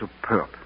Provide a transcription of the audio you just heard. superb